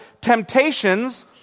temptations